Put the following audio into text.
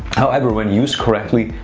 however, when used correctly,